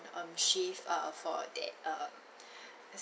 um shift uh for that um